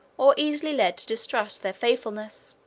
or easily led to distrust their faithfulness.